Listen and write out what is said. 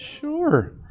Sure